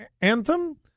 Anthem